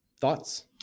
Thoughts